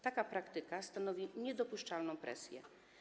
Taka praktyka stanowi niedopuszczalną presję.